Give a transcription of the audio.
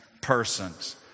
persons